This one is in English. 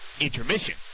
intermission